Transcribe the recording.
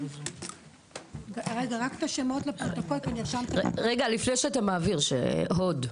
רגע, לפני שאתה מעביר, הוד.